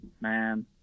man